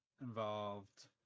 Involved